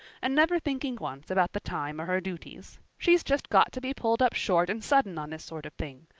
and never thinking once about the time or her duties. she's just got to be pulled up short and sudden on this sort of thing.